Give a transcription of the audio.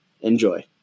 Enjoy